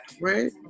Right